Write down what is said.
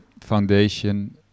foundation